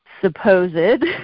Supposed